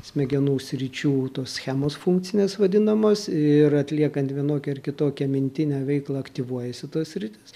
smegenų sričių tos schemos funkcinės vadinamos ir atliekant vienokią ar kitokią mintinę veiklą aktyvuojasi ta sritis